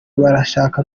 barashaka